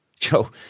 Joe